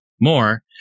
more